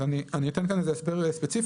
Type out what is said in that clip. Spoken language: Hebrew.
אז אני אתן כאן איזה הסבר ספציפי,